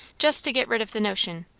just to get rid of the notion,